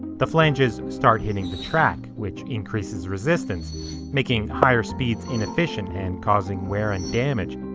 the flanges start hitting the track, which increases resistance, making higher speeds inefficient and causing wear and damage.